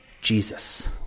Jesus